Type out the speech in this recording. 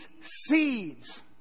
seeds